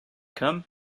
come